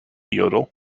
yodel